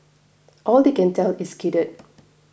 all they can tell is skidded